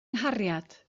nghariad